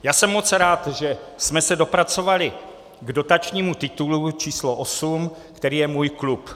Já jsem moc rád, že jsme se dopracovali k dotačními titulu číslo osm, který je Můj klub.